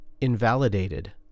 invalidated